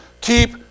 Keep